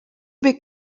bet